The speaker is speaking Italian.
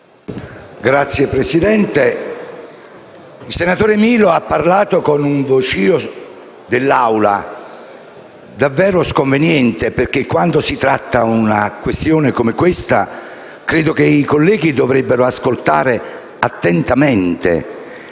il senatore Milo ha parlato con un brusio dell'Aula davvero sconveniente. Quando si tratta una questione come quella ora in esame, credo che i colleghi dovrebbero ascoltare attentamente,